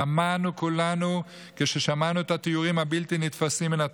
דמענו כולנו כששמענו את התיאורים הבלתי-נתפסים מן התופת.